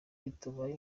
bitabaye